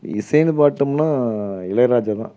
இசைன்னு பார்த்தம்னா இளையராஜாதான்